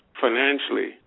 financially